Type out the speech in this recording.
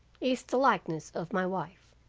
is the likeness of my wife.